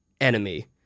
enemy